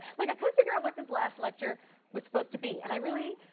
like i couldn't figure out what this last lecture was supposed to be, and i really